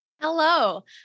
Hello